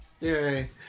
Yay